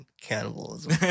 Cannibalism